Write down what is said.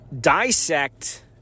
dissect